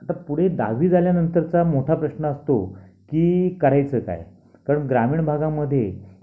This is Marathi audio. आता पुढे दहावी झाल्यानंतरचा मोठा प्रश्न असतो की करायचं काय कारण ग्रामीण भागामध्ये